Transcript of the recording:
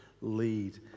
lead